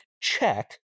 check